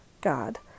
God